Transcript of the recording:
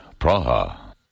Praha